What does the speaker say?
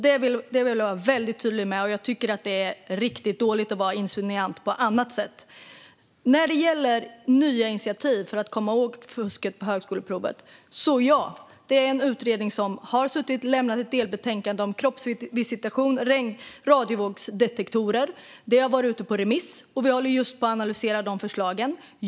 Det vill jag vara tydlig med, och jag tycker att det är riktigt dåligt att insinuera något annat. När det gäller nya initiativ för att komma åt fusket på högskoleprovet har den utredning som suttit lämnat ett delbetänkande om kroppsvisitation och radiovågsdetektorer. Det har varit ute på remiss, och vi håller just nu på och analyserar förslagen.